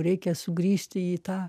reikia sugrįžti į tą